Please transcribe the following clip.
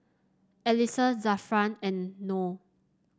Alyssa Zafran and Noh